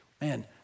Man